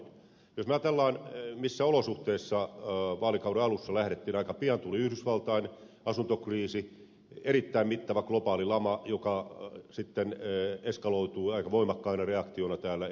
jos me ajattelemme missä olosuhteissa vaalikauden alussa lähdettiin aika pian tuli yhdysvaltain asuntokriisi erittäin mittava globaali lama joka sitten eskaloitui aika voimakkaina reaktioina euroalueella